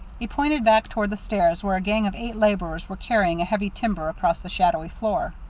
he pointed back toward the stairs where a gang of eight laborers were carrying a heavy timber across the shadowy floor.